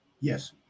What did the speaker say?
Yes